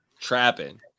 Trapping